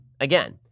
again